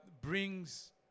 brings